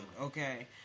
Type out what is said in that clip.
Okay